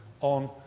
on